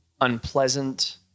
unpleasant